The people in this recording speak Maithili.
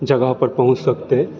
जगह पर पहुँच सकतै